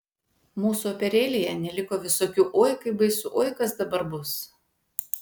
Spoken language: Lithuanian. mūsų operėlėje neliko visokių oi kaip baisu oi kas dabar bus